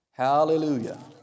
Hallelujah